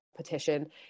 Petition